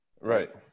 Right